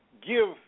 give